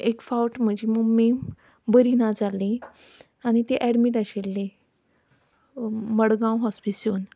एक फावट म्हजी मम्मी बरी ना जाल्ली आनी ती एडमिट आशिल्ली मडगांव हॉस्पिसियूंत